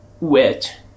wet